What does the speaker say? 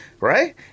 Right